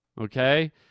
Okay